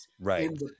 Right